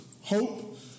Hope